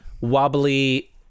wobbly